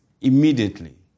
immediately